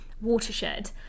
watershed